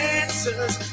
answers